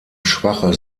schwache